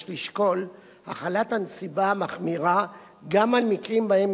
יש לשקול החלת הנסיבה המחמירה גם על מקרים שבהם